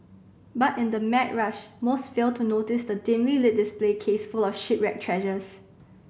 but in the mad rush most fail to notice the dimly lit display case full of shipwreck treasures